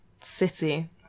city